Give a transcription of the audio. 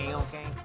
a-okay.